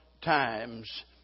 times